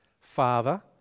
Father